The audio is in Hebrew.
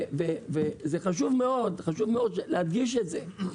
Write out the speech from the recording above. וחשוב מאוד להדגיש את זה,